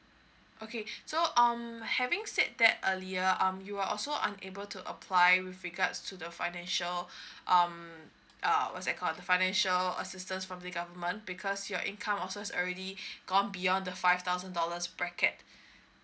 okay so um having said that earlier um you are also unable to apply with regards to the financial um uh what's that called the financial assistance from the government because your income also is already gone beyond the five thousand dollars bracket